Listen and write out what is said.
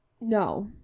No